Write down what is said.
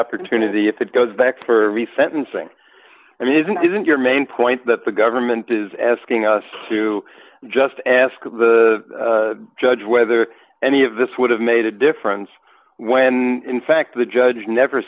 opportunity if it goes back for me sentencing i mean isn't isn't your main point that the government is asking us to just ask the judge whether any of this would have made a difference when in fact the judge never